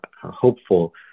hopeful